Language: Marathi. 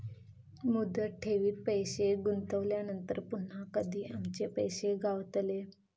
मुदत ठेवीत पैसे गुंतवल्यानंतर पुन्हा कधी आमचे पैसे गावतले?